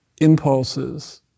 impulses